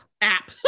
app